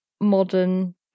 modern